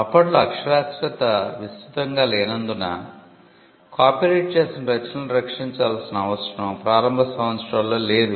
అప్పట్లో అక్షరాస్యత విస్తృతంగా లేనందున కాపీరైట్ చేసిన రచనలను రక్షించాల్సిన అవసరం ప్రారంభ సంవత్సరాల్లో లేదు